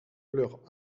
leur